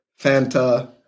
Fanta